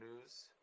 news